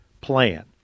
plan